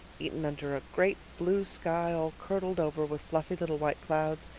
eaten under a great blue sky all curdled over with fluffy little white clouds,